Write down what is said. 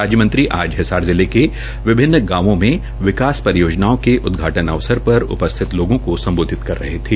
राज्यमंत्री आज हिसार जिले के विभिन्न गांवों में विकास परियोजनाओं के उदघाटन अवसर पर उपस्थित लोगों को संबोधित कर रहे थे